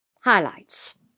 Highlights